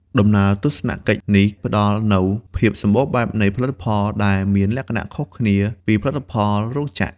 ដំណើរទស្សនកិច្ចនេះផ្តល់នូវ ភាពសម្បូរបែប នៃផលិតផល ដែលមានលក្ខណៈខុសគ្នាពីផលិតផលរោងចក្រ។